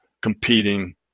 competing